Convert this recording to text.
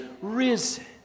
risen